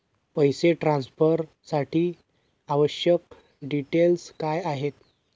पैसे ट्रान्सफरसाठी आवश्यक डिटेल्स काय आहेत?